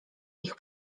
ich